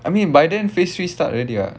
I mean by then phase three start already [what]